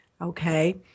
okay